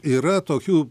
yra tokių